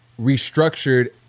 restructured